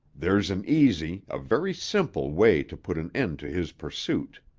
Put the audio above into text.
there's an easy, a very simple, way to put an end to his pursuit.